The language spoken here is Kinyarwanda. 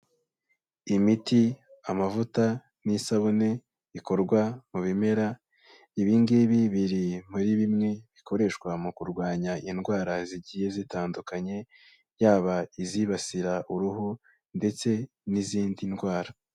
Imiti, amavuta n'isabune bikorwa mu bimera, ibi ngibi biri muri bimwe bikoreshwa mu kurwanya indwara zigiye zitandukanye yaba izibasira uruhu ndetse n'izindi ndwara.